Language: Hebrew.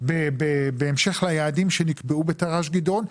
בהמשך ליעדים שנקבעו בתר"ש גדעון.